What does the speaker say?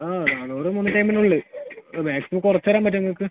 ആ നാനൂറ് മുന്നൂറ്റി അമ്പതിനുള്ളിൽ മാക്സിമം കുറച്ച് തരാൻ പറ്റുമോ നിങ്ങൾക്ക്